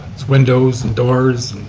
its windows, and doors,